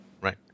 Right